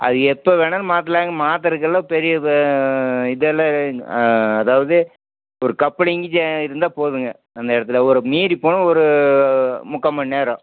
அது எப்போ வேணாலும் மாத்தலாங்க மாற்றறக்கெல்லாம் பெரிய இதெல்லாம் அதாவது ஒரு கப்புலிங் இருந்தால் போதும்ங்க அந்த இடத்துல ஒரு மீறி போனால் ஒரு முக்கா மண்நேரம்